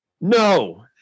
no